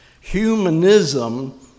Humanism